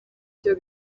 byo